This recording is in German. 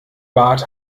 bart